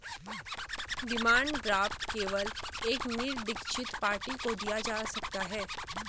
demand draft केवल एक निरदीक्षित पार्टी को दिया जा सकता है